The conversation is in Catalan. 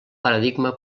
paradigma